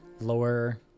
Lower